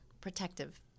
Protective